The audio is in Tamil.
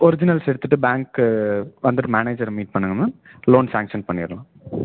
ஒரிஜினல்ஸ் எடுத்துகிட்டு பேங்க்கு வந்துவிட்டு மேனேஜரை மீட் பண்ணுங்கள் மேம் லோன் சேங்க்ஷன் பண்ணிரலாம்